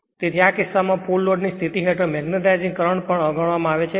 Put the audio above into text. તેથી આ કિસ્સામાં ફુલ લોડની સ્થિતિ હેઠળ મેગ્નેટાઇઝિંગ કરંટ પણ અવગણવામાં આવે છે